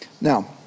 Now